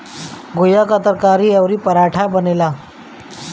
घुईया कअ तरकारी अउरी पराठा बनेला